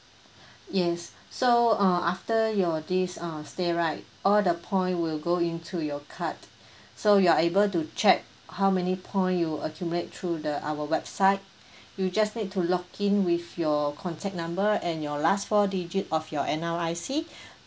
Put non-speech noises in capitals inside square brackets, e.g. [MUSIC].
yes so uh after your this uh stay right all the point will go into your card [BREATH] so you are able to check how many point you accumulate through the our website [BREATH] you just need to login with your contact number and your last four digit of your N_R_I_C [BREATH]